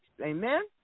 amen